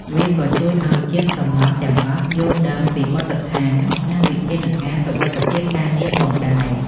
វាក៏ជួយឱ្យជាងសំណង់ទាំងអស់យល់ដឹងពីបទដ្ឋាននិងវិធានការសុវត្ថិភាពការងារផងដែរ។